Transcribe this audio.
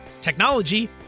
technology